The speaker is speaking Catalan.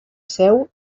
seu